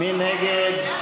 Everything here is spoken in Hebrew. מי נגד?